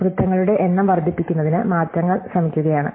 പൊരുത്തങ്ങളുടെ എണ്ണം വർദ്ധിപ്പിക്കുന്നതിന് മാറ്റങ്ങൾ ശ്രമിക്കുകയാണ്